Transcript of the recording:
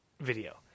video